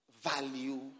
value